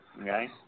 okay